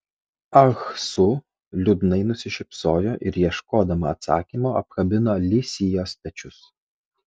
ah su liūdnai nusišypsojo ir ieškodama atsakymo apkabino li sijos pečius